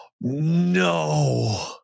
No